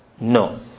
No